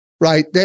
Right